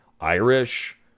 Irish